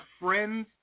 friends